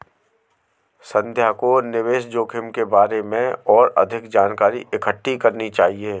संध्या को निवेश जोखिम के बारे में और अधिक जानकारी इकट्ठी करनी चाहिए